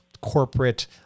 corporate